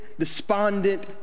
despondent